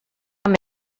amb